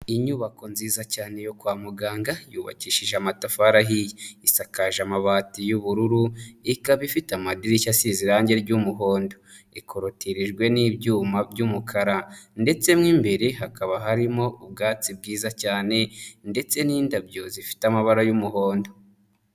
Inyubako nziza cyane yo kwa muganga, yubakishije amatafari ahiye, isakaje amabati y'ubururu ikaba ifite amadirishya asize irangi ry'umuhondo, ikorotirijwe n'ibyuma by'umukara ndetse n'imbere hakaba harimo ubwatsi bwiza cyane ndetse n'indabyo zifite amabara y'umuhondo.